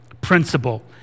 principle